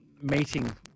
meeting